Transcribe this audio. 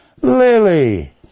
lily